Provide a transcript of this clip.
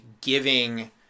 giving